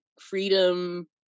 freedom